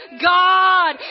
God